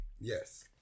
Yes